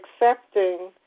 accepting